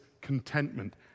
contentment